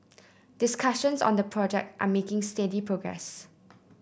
discussions on the project are making steady progress